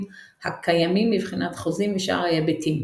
הקיימים מבחינת חוזים ושאר ההיבטים.